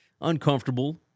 uncomfortable